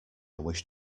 wish